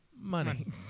money